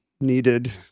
needed